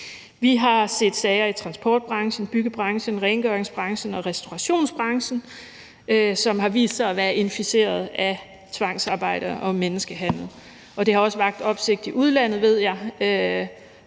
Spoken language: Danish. Vi har set sager i transportbranchen, byggebranchen, rengøringsbranchen og restaurationsbranchen, som har vist sig at være inficeret af tvangsarbejde og menneskehandel. Det har også vakt opsigt i udlandet, ved jeg,